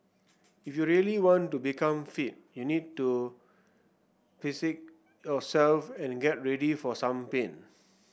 if you really want to become fit you need to yourself and get ready for some pain